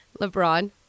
lebron